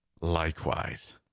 Likewise